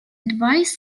advise